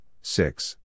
six